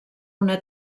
una